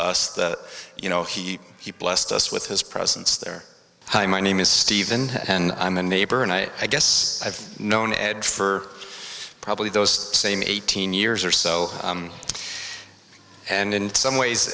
us that you know he he blessed us with his presence there hi my name is stephen i'm a neighbor and i guess i've known ed for probably those same eighteen years or so and and in some ways